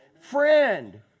friend